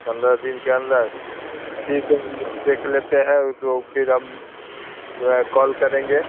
पंद्रह दिन के अंदर ठीक है देख लेते हैं तो फिर हम कॉल करेंगे